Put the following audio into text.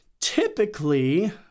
typically